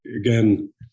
again